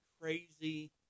crazy